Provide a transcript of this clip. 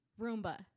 Roomba